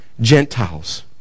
Gentiles